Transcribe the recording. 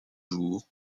jours